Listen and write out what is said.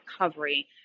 recovery